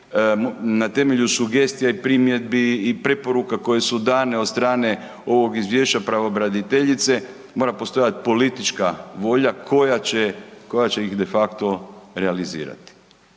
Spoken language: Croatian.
na temelju sugestija i primjedbi i preporuka koje su dane od strane ovog izvješća pravobraniteljice mora postojati politička volja koja će, koja će ih de facto realizirati.